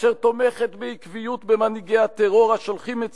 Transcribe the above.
אשר תומכת בעקביות במנהיגי הטרור השולחים את